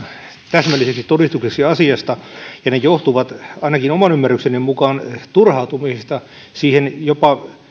täsmälliseksi todistukseksi asiasta ja ne johtuvat ainakin oman ymmärrykseni mukaan turhautumisesta siihen jopa